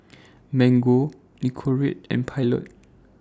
Mango Nicorette and Pilot